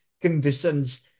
conditions